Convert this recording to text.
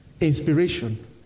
inspiration